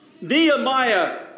Nehemiah